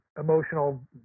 emotional